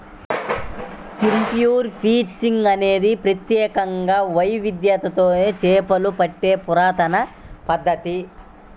spear fishing అనేది ప్రత్యేక వైవిధ్యంతో చేపలు పట్టే పురాతన పద్ధతి